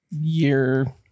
year